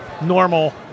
normal